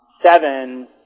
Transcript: seven